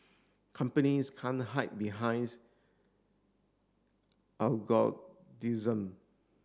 companies can't hide behinds